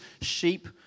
sheep